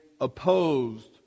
opposed